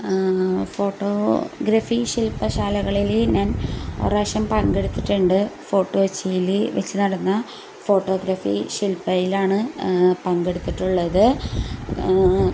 photography ശില്പശാലകളിൽ ഞാൻ ഒരു പ്രാവശ്യം പങ്കെടുത്തിട്ടുണ്ട് ഫോട്ടോ വച്ചതിൽ വച്ചു നടന്ന ഫോട്ടോഗ്രഫി ശില്പശാലയിലാണ് പങ്കെടുത്തിട്ടുള്ളത്